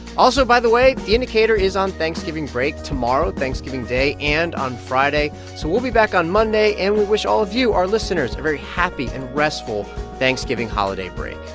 also, by the way, the indicator is on thanksgiving break tomorrow, thanksgiving day, and on friday, so we'll be back on monday. and we wish all of you, our listeners, a very happy and restful thanksgiving holiday break